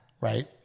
Right